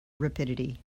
rapidity